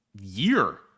year